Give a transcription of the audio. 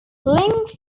links